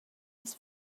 his